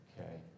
Okay